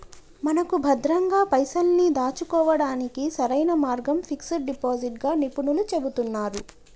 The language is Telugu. మనకు భద్రంగా పైసల్ని దాచుకోవడానికి సరైన మార్గం ఫిక్స్ డిపాజిట్ గా నిపుణులు చెబుతున్నారు